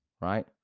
Right